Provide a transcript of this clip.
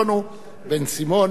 הראשון הוא חבר הכנסת בן-סימון,